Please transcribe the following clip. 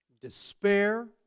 despair